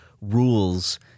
rules